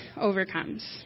overcomes